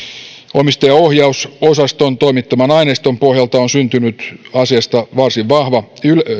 omistajaohjausosaston toimittaman aineiston pohjalta on syntynyt asiasta varsin vahva